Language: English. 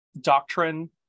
doctrine